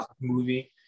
movie